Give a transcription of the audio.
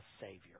Savior